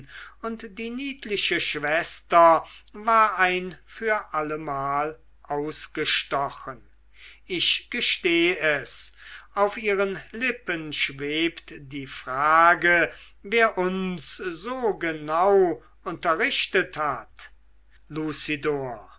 und die niedliche schwester war ein für allemal ausgestochen ich seh es auf ihren lippen schwebt die frage wer uns so genau unterrichtet hat